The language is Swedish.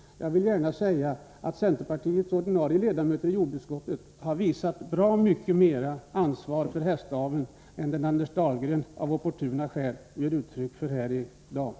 Jag vill gärna säga att centerpartiets ordinarie ledamöter i jordbruksutskottet har visat bra mycket mera ansvar för hästaveln än vad Anders Dahlgren av opportuna skäl här i dag ger uttryck för.